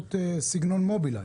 מערכות בסגנון מובילאיי.